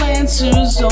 answers